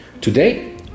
Today